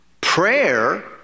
prayer